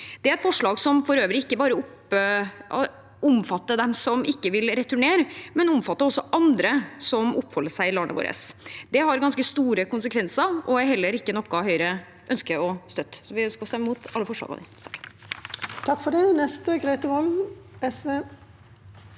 Det er forslag som for øvrig ikke bare omfatter dem som ikke vil returnere, det omfatter også andre som oppholder seg i landet vårt. Det har ganske store konsekvenser og er heller ikke noe Høyre ønsker å støtte. Vi ønsker å stemme imot alle forslagene. Grete Wold (SV)